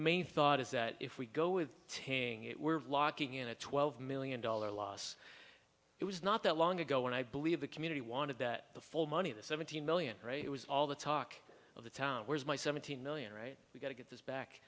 main thought is that if we go with taking it we're locking in a twelve million dollar loss it was not that long ago when i believe the community wanted that the full money the seventeen million it was all the talk of the town where's my seventeen million right we got to get this back